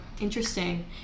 Interesting